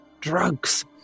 drugs